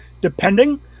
depending